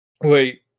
Wait